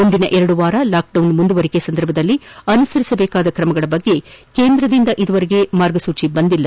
ಮುಂದಿನ ಎರಡು ವಾರ ಲಾಕ್ಡೌನ್ ಮುಂದುವರಿಕೆ ಸಂದರ್ಭದಲ್ಲಿ ಅನುಸರಿಸಬೇಕಾದ ತ್ರಮಗಳ ಕುರಿತು ಕೇಂದ್ರದಿಂದ ಇದುವರೆಗೆ ಮಾರ್ಗಸೂಚಿ ಬಂದಿಲ್ಲ